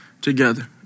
together